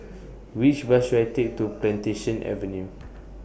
Which Bus should I Take to Plantation Avenue